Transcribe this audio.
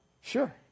Sure